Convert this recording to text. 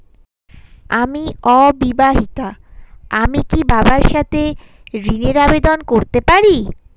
আমি অবিবাহিতা আমি কি বাবার সাথে ঋণের আবেদন করতে পারি?